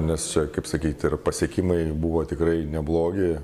nes čia kaip sakyti ir pasiekimai buvo tikrai neblogi